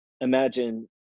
imagine